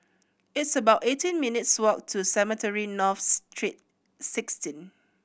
it's about eighteen minutes' walk to Cemetry North Street Sixteen